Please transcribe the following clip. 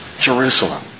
Jerusalem